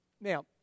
Now